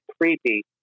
creepy